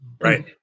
Right